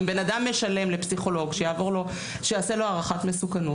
אם בן אדם משלם לפסיכולוג שייעשה לו הערכת מסוכנות,